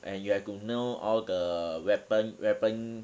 and you have to know all the weapon weapon